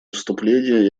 вступления